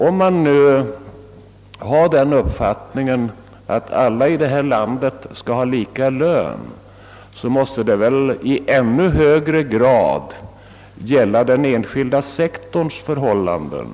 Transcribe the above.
Om man nu har den uppfattningen, att alla i det här landet skall ha lika lön så måste det väl i ännu högre grad gälla den enskilda sektorns förhållanden.